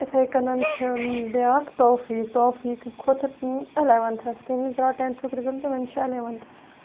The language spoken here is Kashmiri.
یِتھٕے کَنَن چھِ بیاکھ توعفیٖق تحفیٖق کھۄتہٕ اِلٮ۪وَنتھَس تٔمِس درٛاو ٹٮ۪نتھُک رِزَلٹ وَنۍ چھِ الوَنتھَس